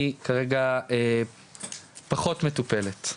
היא כרגע פחות מטופלת.